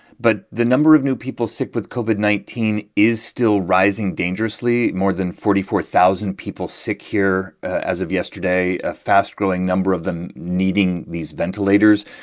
but the number of new people sick with covid nineteen is still rising dangerously more than forty four thousand people sick here as of yesterday, a fast-growing growing number of them needing these ventilators.